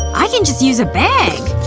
i can just use a bag!